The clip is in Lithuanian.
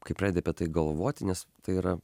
kai pradedi apie tai galvoti nes tai yra